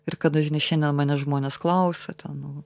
ir kada žinai šiandien mane žmonės klausia ten nu va